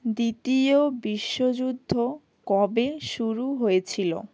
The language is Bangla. দ্বিতীয় বিশ্বযুদ্ধ কবে শুরু হয়েছিলো